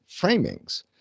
framings